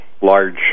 large